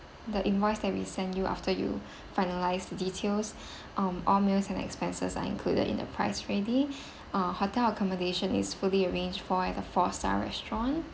the invoice that we send you after you finalised details um all meals and expenses are included in the price already uh hotel accommodation is fully arranged for at the four star restaurant